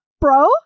bro